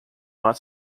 not